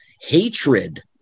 hatred